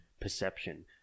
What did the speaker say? perception